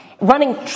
running